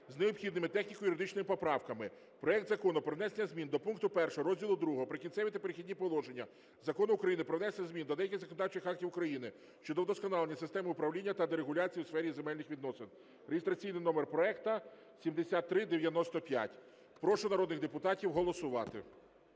з необхідними техніко-юридичними поправками проект Закону про внесення змін до пункту 1 Розділу ІІ "Прикінцеві та перехідні положення" Закону України "Про внесення змін до деяких законодавчих актів України щодо вдосконалення системи управління та дерегуляції у сфері земельних відносин" (реєстраційний номер проекту 7395). Прошу народних депутатів голосувати.